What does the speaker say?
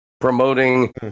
promoting